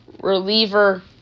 reliever